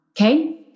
okay